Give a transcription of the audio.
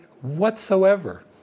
whatsoever